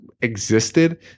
existed